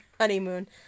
honeymoon